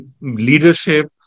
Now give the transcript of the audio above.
leadership